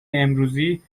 امروزی